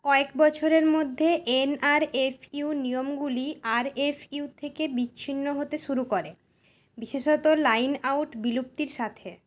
কয়েক বছরের মধ্যে এনআরএফইউ নিয়মগুলি আরএফইউ থেকে বিচ্ছিন্ন হতে শুরু করে বিশেষত লাইন আউট বিলুপ্তির সাথে